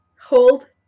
hold